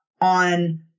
on